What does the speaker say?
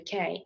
UK